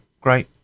great